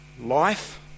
life